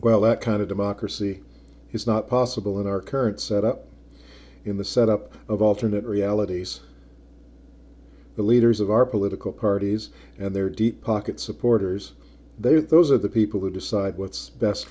well that kind of democracy is not possible in our current set up in the set up of alternate realities the leaders of our political parties and their deep pocket supporters they are those are the people who decide what's best